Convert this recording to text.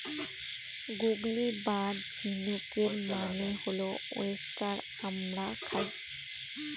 গুগলি বা ঝিনুকের মানে হল ওয়েস্টার আমরা খাই